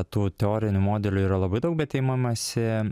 tų teorinių modelių yra labai daug bet imamasi